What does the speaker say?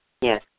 Yes